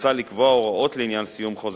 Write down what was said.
מוצע לקבוע הוראות לעניין סיום חוזה